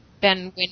Ben